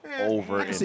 over